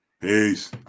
Peace